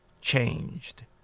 changed